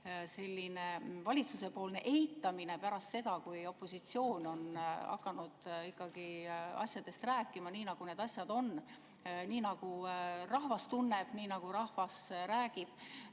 kuidas valitsus on algul eitanud, aga pärast seda, kui opositsioon on hakanud ikkagi asjadest rääkima, nii nagu need asjad on, nii nagu rahvas tunneb, nii nagu rahvas räägib,